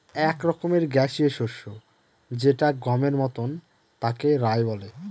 এক রকমের গ্যাসীয় শস্য যেটা গমের মতন তাকে রায় বলে